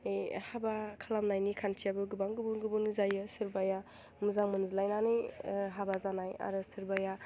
बे हाबा खालामनायनि खान्थियाबो गोबां गुबुन गुबुन जायो सोरबाया मोजां मोनज्लायनानै हाबा जानाय आरो सोरबाया